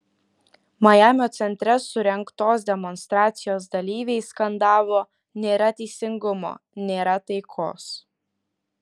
majamio centre surengtos demonstracijos dalyviai skandavo nėra teisingumo nėra taikos